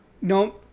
No